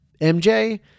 MJ